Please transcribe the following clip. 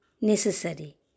necessary